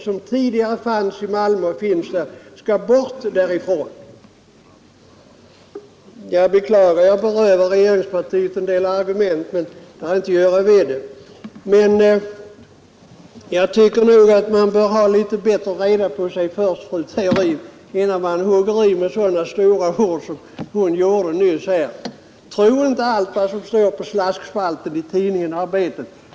Jag beklagar att jag berövar regeringspartiet ett argument, men det är det ingenting att göra vid. Jag tycker man bör ha litet bättre reda på sig innan man tar till så stora ord som fru Theorin gjorde. Tro inte på allt som står i slaskspalten i tidningen Arbetet.